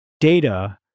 data